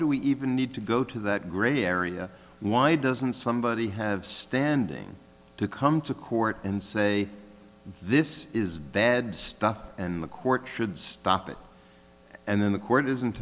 do we even need to go to that gray area why doesn't somebody have standing to come to court and say this is bad stuff and the court should stop it and then the court isn't